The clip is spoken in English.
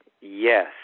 Yes